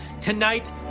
Tonight